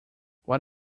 what